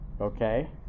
Okay